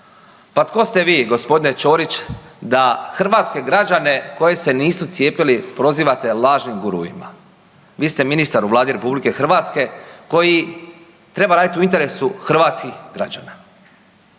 Pa tko ste vi g. Ćorić da hrvatske građane koji se nisu cijepili prozivate lažnim guruima. Vi ste ministar u Vladi RH koji treba radit u interesu hrvatskih građana,